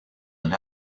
and